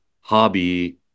hobby